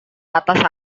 atas